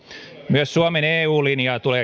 myös suomen eu linjaa tulee